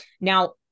Now